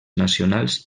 nacionals